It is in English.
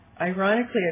ironically